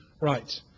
Right